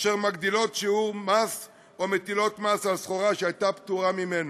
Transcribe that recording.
אשר מגדילות שיעור מס או מטילות מס על סחורה שהייתה פטורה ממנו.